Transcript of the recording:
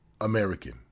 American